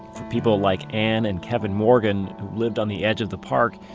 for people like anne and kevin morgan, who lived on the edge of the park,